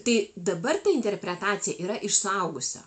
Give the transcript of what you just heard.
tai dabar ta interpretacija yra iš suaugusio